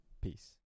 peace